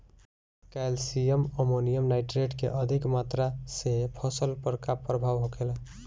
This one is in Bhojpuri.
कैल्शियम अमोनियम नाइट्रेट के अधिक मात्रा से फसल पर का प्रभाव होखेला?